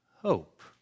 hope